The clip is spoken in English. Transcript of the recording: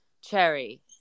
cherry